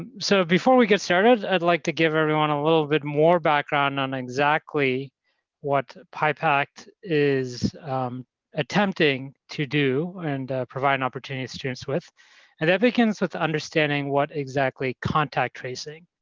ah so before we get started, i'd like to give everyone a little bit more background on exactly what pipact is attempting to do and providing opportunity to students with, and that begins with understanding what exactly contact tracing